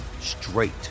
straight